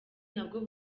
nabwo